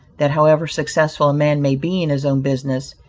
that however successful a man may be in his own business,